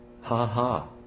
Ha-ha